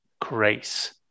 grace